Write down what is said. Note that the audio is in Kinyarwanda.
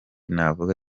navuga